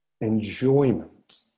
enjoyment